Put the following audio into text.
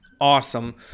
awesome